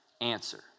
answer